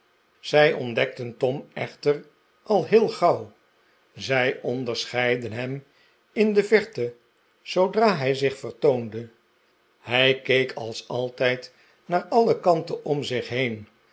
zij ontdekten tom echte v al heel gauw zij onderscheidden hem in de verte zoodra hij zich vertoonde hij keek als altijd naar alje kanten om zich heen